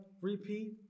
repeat